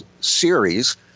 series